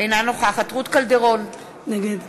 אינה נוכחת רות קלדרון, נגד